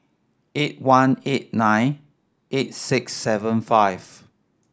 eight one eight nine eight six seven five